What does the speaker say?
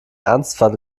ernstfall